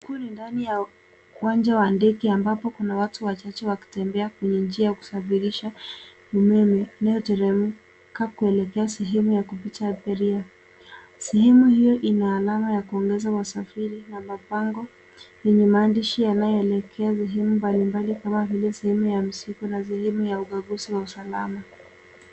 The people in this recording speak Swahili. Huku ni ndani ya uwanja wa ndege ambapo kuna watu wachache wakitembea kwenye njia ya kusafirisha inayoteremka kuelekea sehemu ya kupita abiria. Sehemu hiyo ina alama ya kuongeza wasafiri na mabango yenye maandishi yanayoelekea sehemu mbalimbali kama vile sehemu ya msitu na sehemu ya ukaguzi wa usalama.